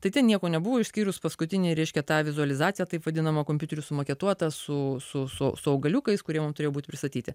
tai ten nieko nebuvo išskyrus paskutinį reiškia tą vizualizaciją taip vadinamo kompiuteriu sumaketuotas su su augaliukais kurie mum turėjo būti pristatyti